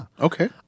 Okay